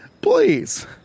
Please